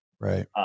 Right